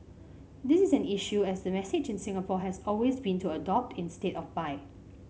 this is an issue as the message in Singapore has always been to adopt instead of buy